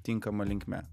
tinkama linkme